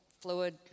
fluid